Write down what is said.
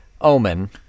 Omen